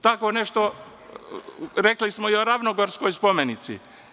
Tako nešto rekli smo i o Ravnogorskoj spomenici.